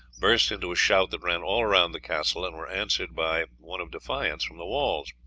burst into a shout that ran all round the castle, and were answered by one of defiance from the walls.